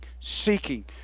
seeking